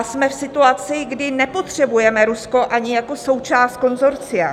Jsme v situaci, kdy nepotřebujeme Rusko ani jako součást konsorcia.